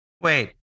Wait